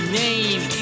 name